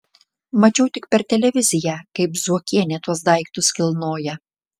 mačiau tik per televiziją kaip zuokienė tuos daiktus kilnoja